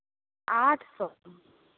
आठ सौ